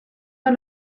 pas